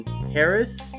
Harris